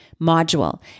module